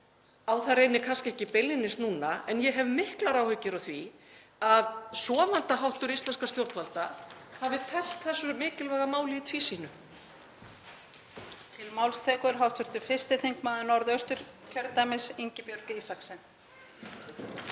Á það reynir kannski ekki beinlínis núna, en ég hef miklar áhyggjur af því að sofandaháttur íslenskra stjórnvalda hafi teflt þessu mikilvæga máli í tvísýnu.